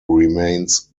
remains